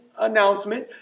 announcement